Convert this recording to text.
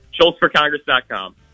SchultzforCongress.com